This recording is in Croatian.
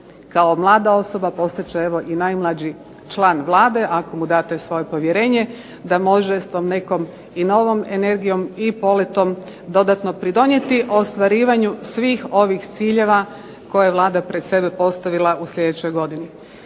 kao mlada osoba postat će evo i najmlađi član Vlade ako mu date svoje povjerenje da može s tom nekom i novom energijom i poletom dodatno pridonijeti ostvarivanju svih ovih ciljeva koje je Vlada pred sebe postavila u sljedećoj godini.